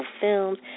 films